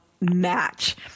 match